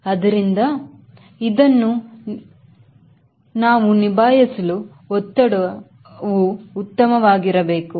ಅದರಿಂದ ಇದು ಇದನ್ನು ನಿಮ್ ನಿಭಾಯಿಸಲು ಒತ್ತಡವು ಉತ್ತಮವಾಗಿರಬೇಕು